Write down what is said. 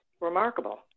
remarkable